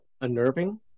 unnerving